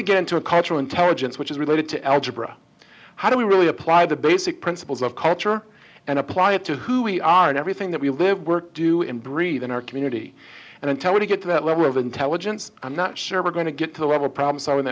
we get into a cultural intelligence which is related to algebra how do we really apply the basic principles of culture and apply it to who we are in everything that we live work do and breathe in our community and i'm telling you get to that level of intelligence i'm not sure we're going to get to the level problem